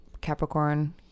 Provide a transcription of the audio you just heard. Capricorn